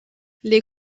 les